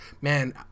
Man